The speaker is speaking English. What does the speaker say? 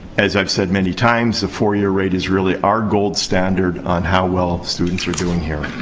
as i've said many times, the four-year rate is really our gold standard on how well students are doing here.